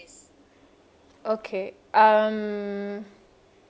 okay um